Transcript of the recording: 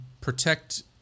protect